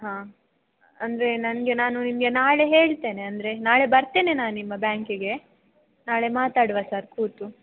ಹಾಂ ಅಂದ್ರೆ ನನಗೆ ನಾನು ನಿಮಗೆ ನಾಳೆ ಹೇಳ್ತೇನೆ ಅಂದರೆ ನಾಳೆ ಬರ್ತೇನೆ ನಾನು ನಿಮ್ಮ ಬ್ಯಾಂಕಿಗೆ ನಾಳೆ ಮಾತಾಡುವ ಸರ್ ಕೂತು